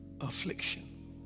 affliction